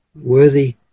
Worthy